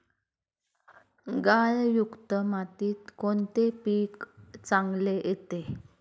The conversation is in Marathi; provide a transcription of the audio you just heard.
गाळयुक्त मातीत कोणते पीक चांगले येते?